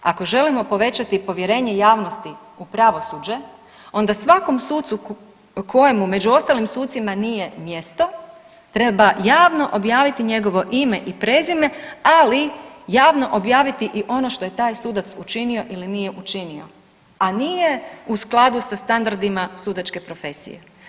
Ako želimo povećati povjerenje javnosti u pravosuđe onda svakom sucu kojemu među ostalim sucima nije mjesto treba javno objaviti njegovo ime i prezime ali javno objaviti i ono što je taj sudac učinio ili nije učinio, a nije u skladu sa standardima sudačke profesije.